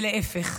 ולהפך.